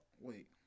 wait